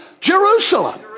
jerusalem